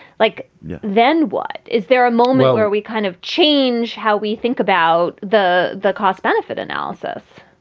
like then what? is there a moment where we kind of change how we think about the the cost benefit analysis?